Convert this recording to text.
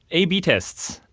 a b tests,